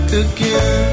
again